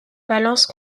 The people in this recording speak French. valence